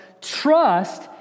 trust